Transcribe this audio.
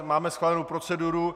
Máme schválenou proceduru.